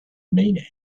meaning